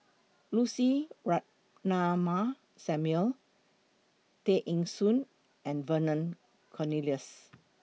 Lucy Ratnammah Samuel Tay Eng Soon and Vernon Cornelius